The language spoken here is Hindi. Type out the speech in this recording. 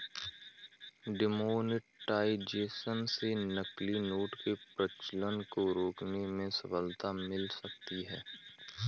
डिमोनेटाइजेशन से नकली नोट के प्रचलन को रोकने में सफलता मिल सकती है